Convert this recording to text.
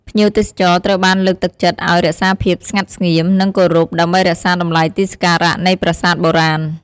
ភ្ញៀវទេសចរត្រូវបានលើកទឹកចិត្តឲ្យ រក្សាភាពស្ងាត់ស្ងៀម និងគោរព ដើម្បីរក្សាតម្លៃទីសក្ការៈនៃប្រាសាទបុរាណ។